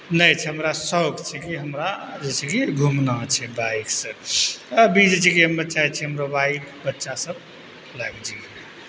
नहि छै हमरा सओख छै कि हमरा जे छै कि घूमना छै बाइकसँ अभी जे छै कि हम चाहय छियै हमरो बाइक